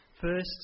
First